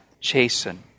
chasten